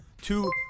two